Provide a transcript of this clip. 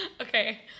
okay